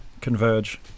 Converge